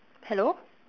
hello